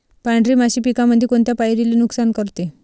पांढरी माशी पिकामंदी कोनत्या पायरीले नुकसान करते?